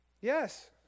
Yes